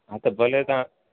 हा त भले तव्हां